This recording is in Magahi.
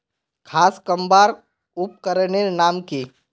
घांस कमवार उपकरनेर नाम की?